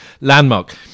landmark